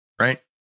right